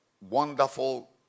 wonderful